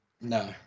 No